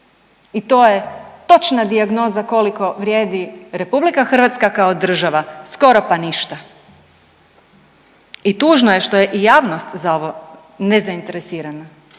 i to je točna dijagnoza koliko vrijedi RH kao država, skoro pa ništa i tužno je što je i javnost za ovo nezainteresirana,